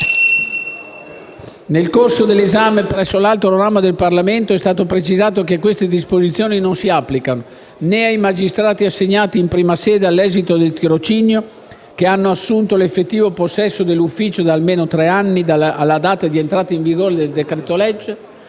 Nel corso dell'esame presso l'altro ramo del Parlamento è stato precisato che queste disposizioni non si applicano né ai magistrati assegnati in prima sede all'esito del tirocinio che hanno assunto l'effettivo possesso dell'ufficio da almeno tre anni alla data di entrata in vigore del decreto legge,